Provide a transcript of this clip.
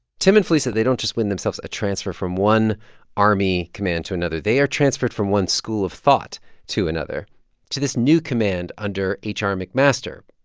tim and felisa, they don't just win themselves a transfer from one army command to another. they are transferred from one school of thought to another to this new command under h r. mcmaster,